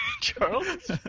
Charles